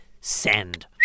Send